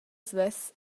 svess